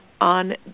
on